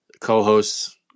co-hosts